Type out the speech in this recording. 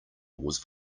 was